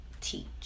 teach